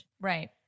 Right